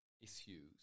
issues